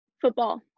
Football